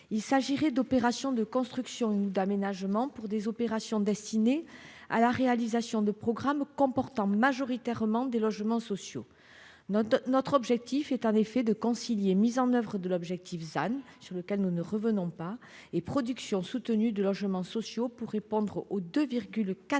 Il s'agirait des opérations de construction ou d'aménagement destinées à la réalisation de programmes comportant majoritairement des logements sociaux. Nous souhaitons concilier la mise en oeuvre de l'objectif ZAN, sur lequel nous ne revenons pas, avec la production soutenue de logements sociaux, pour répondre aux 2,4